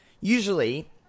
usually